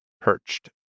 perched